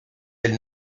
del